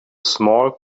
small